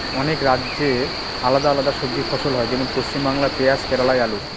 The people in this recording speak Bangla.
অনেক রাজ্যে আলাদা আলাদা সবজি ফসল হয়, যেমন পশ্চিমবাংলায় পেঁয়াজ কেরালায় আলু